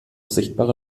sichtbare